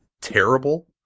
terrible